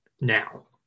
now